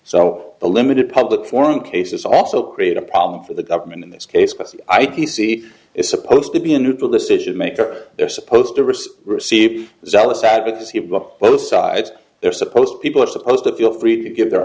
so the limited public forum cases also create a problem for the government in this case because i d c is supposed to be a neutral decision maker they're supposed to risk receive zealous advocacy of up both sides they're supposed people are supposed to feel free to give their